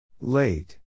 Late